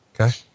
Okay